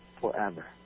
forever